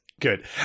Good